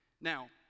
Now